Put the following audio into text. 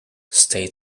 state